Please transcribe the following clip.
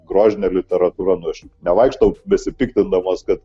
grožinė literatūra aš nevaikštau besipiktindamas kad